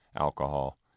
alcohol